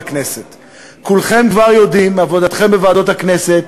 כולכם כבר יודעים מעבודתכם בוועדות הכנסת,